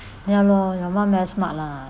ya lor your mum very smart lah